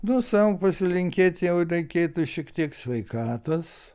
nu sau pasilinkėti jau reikėtų šiek tiek sveikatos